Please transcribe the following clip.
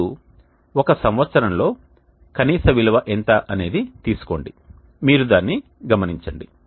ఇప్పుడు ఒక సంవత్సరంలో కనీస విలువ ఎంత అనేది తీసుకోండి మీరు దాన్నిగమనించండి